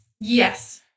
Yes